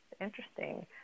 interesting